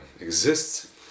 exists